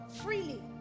freely